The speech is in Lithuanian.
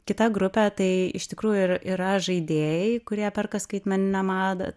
kitą grupę tai iš tikrųjų ir yra žaidėjai kurie perka skaitmeninę madą